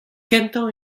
kentañ